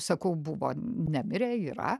sakau buvo nemirė yra